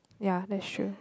ya that's true